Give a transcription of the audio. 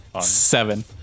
Seven